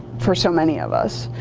for so many of us.